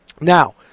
Now